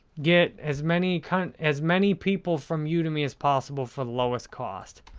get as many kind of as many people from yeah udemy as possible for the lowest cost.